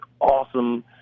awesome